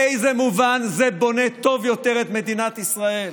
באיזה מובן זה בונה טוב יותר את מדינת ישראל?